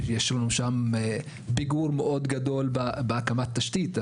יש לנו שם פיגור מאוד גדול בהקמת תשתית.